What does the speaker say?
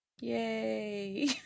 Yay